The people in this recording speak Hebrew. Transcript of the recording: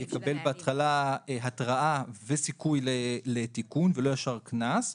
יקבל בהתחלה התראה וסיכוי לתיקון ולא מיד קנס.